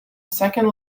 second